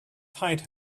find